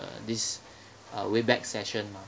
this uh webex session mah